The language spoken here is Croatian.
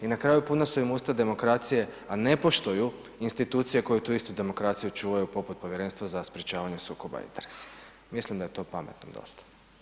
I na kraju puna su im usta demokracije a ne poštuju institucije koji tu istu demokraciju čuvaju poput Povjerenstva za sprječavanje sukoba interesa, mislim da je to pametnom dosta.